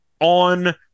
on